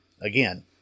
Again